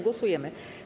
Głosujemy.